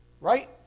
right